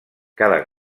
cada